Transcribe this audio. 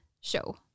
show